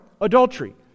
adultery